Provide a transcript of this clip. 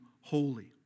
holy